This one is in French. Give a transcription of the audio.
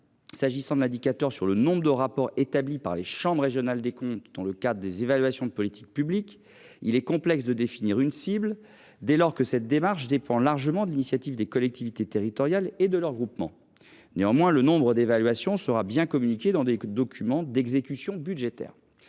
cible pour l’indicateur sur le nombre de rapports établis par les chambres régionales des comptes dans le cadre des évaluations de politique publique dès lors que cette démarche dépend largement de l’initiative des collectivités territoriales et de leurs groupements. Le nombre d’évaluations sera néanmoins bien communiqué dans les documents d’exécution budgétaire.